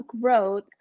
growth